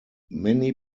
many